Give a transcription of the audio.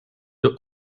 the